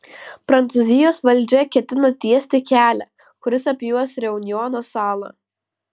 prancūzijos valdžia ketina tiesti kelią kuris apjuos reunjono salą